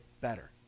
better